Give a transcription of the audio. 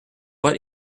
but